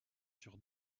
sur